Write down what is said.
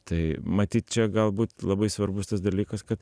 tai matyt čia galbūt labai svarbus tas dalykas kad